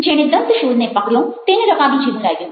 જેણે દંતશૂળને પકડ્યો તેને રકાબી જેવું લાગ્યું